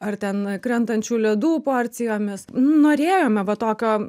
ar ten krentančių ledų porcijomis norėjome va tokio